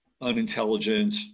unintelligent